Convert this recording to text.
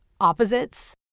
opposites